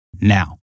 Now